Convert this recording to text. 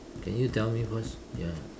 can you tell me first ya